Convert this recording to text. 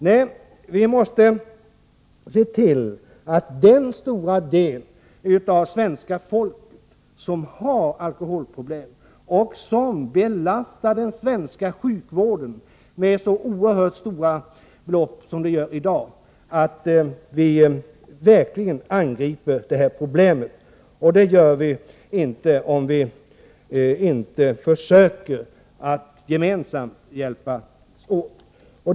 Nej, vi måste se på det förhållandet att en stor del av svenska folket har alkoholproblem och att det i dag belastar den svenska sjukvården med oerhört stora belopp, och vi måste verkligen angripa detta problem. Det kan vi inte göra om vi inte försöker att gemensamt hjälpas åt.